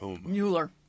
Mueller